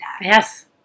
Yes